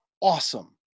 awesome